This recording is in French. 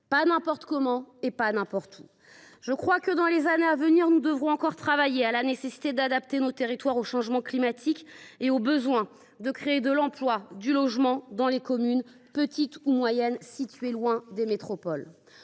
pas n’importe comment ou n’importe où. Dans les années à venir, nous devrons encore travailler, pour faire face à la nécessité d’adapter nos territoires au changement climatique et aux besoins de création d’emplois et de logement dans les communes, petites ou moyennes, situées loin des métropoles.